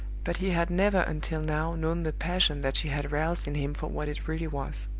but he had never until now known the passion that she had roused in him for what it really was.